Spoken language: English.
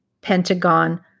Pentagon